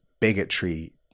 bigotry